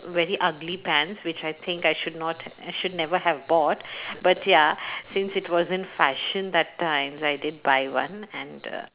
very ugly pants which I think I should not I should never have bought but ya since it was in fashion that time I did buy one and uh